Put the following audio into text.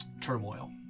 turmoil